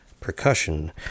percussion